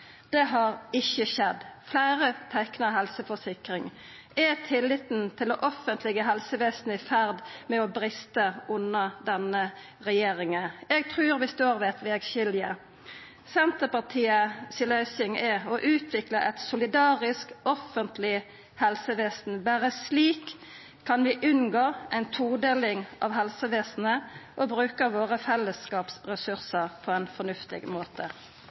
Det har ikkje skjedd. Fleire har teikna helseforsikring. Er tilliten til det offentlege helsevesenet i ferd med å bresta under denne regjeringa? Eg trur vi står ved eit vegskilje. Senterpartiet si løysing er å utvikla eit solidarisk offentleg helsevesen – berre slik kan vi unngå ei todeling av helsevesenet og bruka våre fellesskapsressursar på ein fornuftig måte.